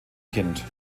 kind